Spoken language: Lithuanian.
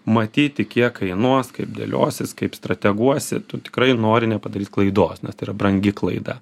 matyti kiek kainuos kaip dėliosis kaip strateguosi tu tikrai nori nepadaryt klaidos nes tai yra brangi klaida